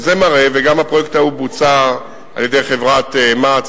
גם הפרויקט ההוא בוצע על-ידי חברת מע"צ,